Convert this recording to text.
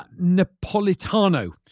Napolitano